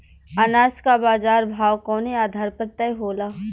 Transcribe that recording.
अनाज क बाजार भाव कवने आधार पर तय होला?